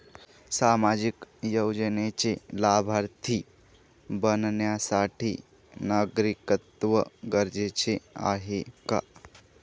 सामाजिक योजनेचे लाभार्थी बनण्यासाठी नागरिकत्व गरजेचे आहे का?